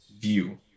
view